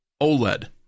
OLED